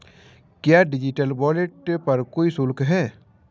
क्या digital wallet पर कोई शुल्क है?